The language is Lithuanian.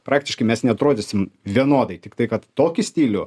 praktiškai mes neatrodysim vienodai tiktai kad tokį stilių